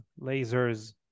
lasers